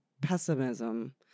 pessimism